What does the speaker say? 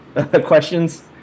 questions